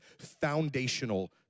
foundational